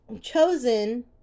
chosen